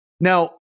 Now